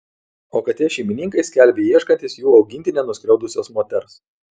o katės šeimininkai skelbia ieškantys jų augintinę nuskriaudusios moters